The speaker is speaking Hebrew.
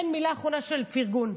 תן מילה אחרונה של פרגון.